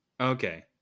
okay